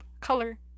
color